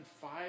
five